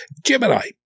Gemini